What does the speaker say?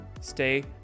Stay